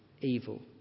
evil